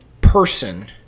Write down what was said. person